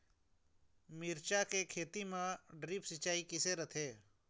मिरचा के खेती म ड्रिप सिचाई किसे रथे?